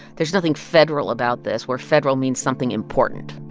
there's nothing federal about this, where federal means something important,